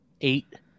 eight